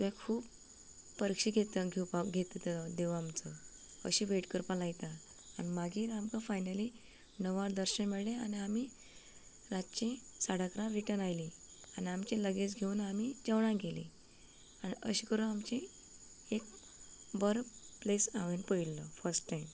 थंय खूब परिक्षा घेत घेवपाक घेत घेता देव आमचो वेट करपाक लायता आनी मागीर आमकां फायनली देवा दर्शन मेळ्ळें आनी आमी रातचीं साडे इकरा रिटर्न आयली आनी आमची लगेज घेवन आमी जेवणाक गेलीं आनी अशी करून आमची एक बरो प्लेस हांवें पळयलो फर्स्ट टायम